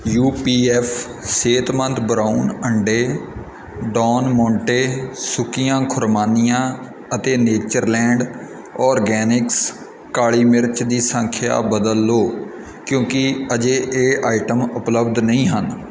you P F ਸਿਹਤਮੰਦ brown ਅੰਡੇ Don Monte ਸੁੱਕੀਆਂ ਖੁਰਮਾਨੀਆਂ ਅਤੇ ਨੇਚਰਲੈਂਡ ਆਰਗੈਨਿਕਸ ਕਾਲੀ ਮਿਰਚ ਦੀ ਸੰਖਿਆ ਬਦਲ ਲਉ ਕਿਉਂਕਿ ਅਜੇ ਇਹ ਆਈਟਮ ਉਪਲੱਬਧ ਨਹੀਂ ਹਨ